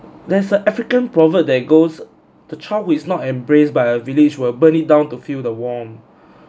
there's a african proverb that goes the child who is not embraced by the village will burn it down down to feel the warmth